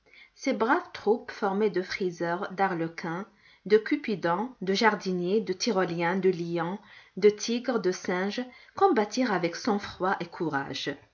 ces braves troupes formées de friseurs d'arlequins de cupidons de jardiniers de tyroliens de lions de tigres de singes combattirent avec sang-froid et courage